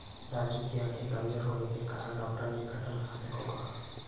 राजू की आंखें कमजोर होने के कारण डॉक्टर ने कटहल खाने को कहा